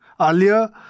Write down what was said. Earlier